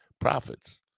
profits